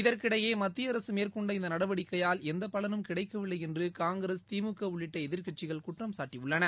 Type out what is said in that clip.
இதற்கிடையே மத்திய அரசு மேற்கொண்ட இந்த நடவடிக்கையால் எந்த பலனும் கிடைக்கவில்லை என்று காங்கிரஸ் திமுக உள்ளிட்ட எதிர்க்கட்சிகள் குற்றம்சாட்டியுள்ளன